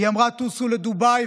היא אמרה: טוסו לדובאי,